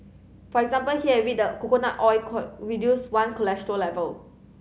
for example he had read that coconut oil could reduce one cholesterol level